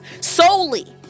solely